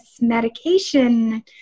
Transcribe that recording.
medication